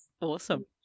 Awesome